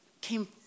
came